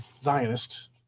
Zionist